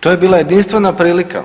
To je bila jedinstvena prilika